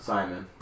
Simon